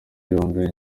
yombi